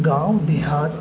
گاؤں دیہات